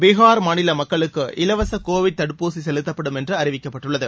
பீகார் மாநில மக்களுக்கு இலவச கோவிட் தடுப்பூசி செலுத்தப்படும் என்று அறிவிக்கப்பட்டுள்ளது